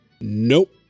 Nope